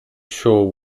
shore